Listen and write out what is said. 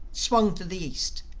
swung to the east,